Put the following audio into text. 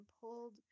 pulled